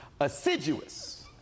assiduous